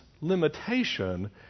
limitation